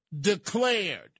declared